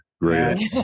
Great